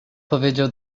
powiedział